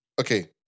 Okay